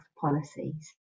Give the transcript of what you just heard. policies